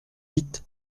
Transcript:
huit